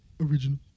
Original